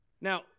Now